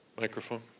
Microphone